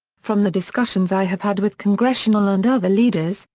from the discussions i have had with congressional and other leaders,